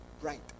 right